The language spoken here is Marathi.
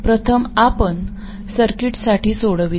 प्रथम आपण या सर्किटसाठी सोडवितो